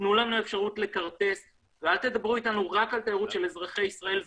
תנו לנו אפשרות לכרטס ואל תדברו אתנו רק על תיירות של אזרחי ישראל.